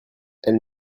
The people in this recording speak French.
elle